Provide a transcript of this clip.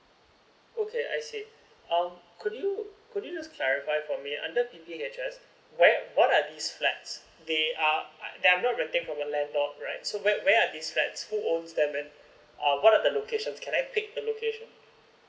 okay I see uh could you could you just clarify for me under p p h s where what are this flats they are I'm not renting from a landlord right so where are this flats who owns them and what are the locations can I pick the location